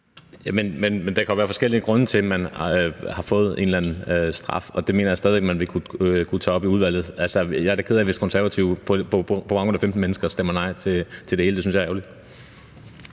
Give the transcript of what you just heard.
Men der kan jo være forskellige grunde til, at man har fået en eller anden straf, og det mener jeg stadig, at man vil kunne tage op i udvalget. Altså, jeg er da ked af, hvis Konservative på baggrund af 15 mennesker stemmer nej til det hele. Det synes jeg er ærgerligt.